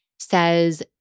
Says